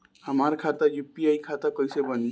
हमार खाता यू.पी.आई खाता कईसे बनी?